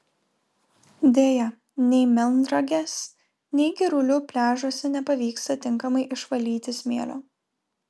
deja nei melnragės nei girulių pliažuose nepavyksta tinkamai išvalyti smėlio